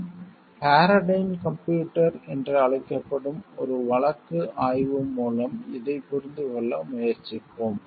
நாம் பாரடைன் கம்ப்யூட்டர் என்று அழைக்கப்படும் ஒரு வழக்கு ஆய்வு மூலம் இதைப் புரிந்துகொள்ள முயற்சிப்போம்